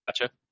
Gotcha